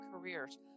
careers